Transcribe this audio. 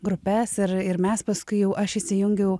grupes ir ir mes paskui jau aš įsijungiau